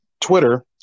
Twitter